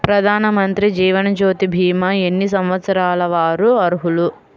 ప్రధానమంత్రి జీవనజ్యోతి భీమా ఎన్ని సంవత్సరాల వారు అర్హులు?